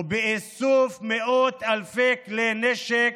ובאיסוף מאות אלפי כלי נשק